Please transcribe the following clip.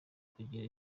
kugira